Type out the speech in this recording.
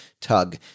tug